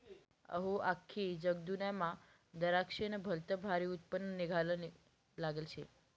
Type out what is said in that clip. अहो, आख्खी जगदुन्यामा दराक्शेस्नं भलतं भारी उत्पन्न निंघाले लागेल शे